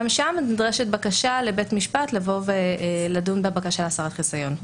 גם שם נדרשת בקשה לבית משפט לדון בבקשה להסרת חיסיון.